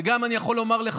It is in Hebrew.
וגם אני יכול לומר לך,